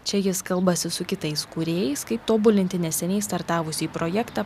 čia jis kalbasi su kitais kūrėjais kaip tobulinti neseniai startavusį projektą